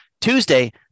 tuesday